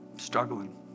struggling